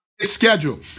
schedule